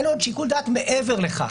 אין לו שיקול דעת מעבר לכך.